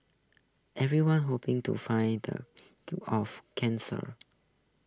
everyone's hoping to find the cure of cancer